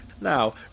Now